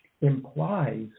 implies